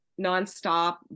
nonstop